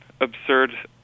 absurd